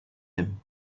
him